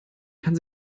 kann